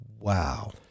Wow